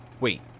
Wait